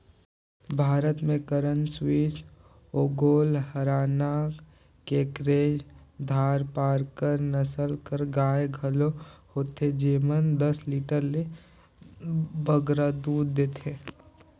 भारत में करन स्विस, ओंगोल, हराना, केकरेज, धारपारकर नसल कर गाय घलो होथे जेमन दस लीटर ले बगरा दूद देथे